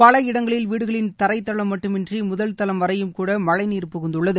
பல இடங்களில் வீடுகளின் தரைதளம் மட்டுமின்றி முதல் தளம் வரையும்கூட மழை நீர் புகுந்துள்ளது